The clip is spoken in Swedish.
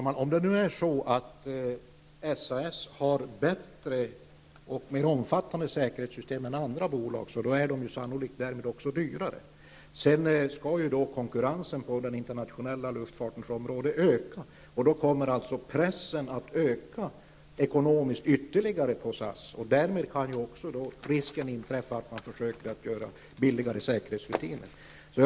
Herr talman! Om SAS har ett bättre och mer omfattande säkerhetssystem än andra bolag är det sannolikt därmed också dyrare. Konkurrensen på den internationella luftfartens område skall öka. Då kommer den ekonomiska pressen att öka ytterligare på SAS. Det finns då en risk för att man försöker åstadkomma billigare säkerhetsrutiner.